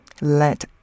Let